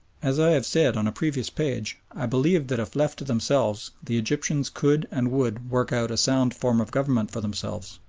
as i have said on a previous page, i believe that if left to themselves the egyptians could and would work out a sound form of government for themselves,